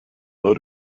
load